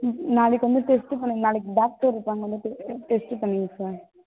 ம் நாளைக்கு வந்து டெஸ்ட்டு பண்ணுங்க நாளைக்கு டாக்டர் இருப்பாங்க வந்துட்டு டெஸ்ட்டு பண்ணிங்க சார்